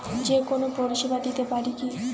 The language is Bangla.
যে কোনো পরিষেবা দিতে পারি কি?